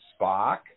Spock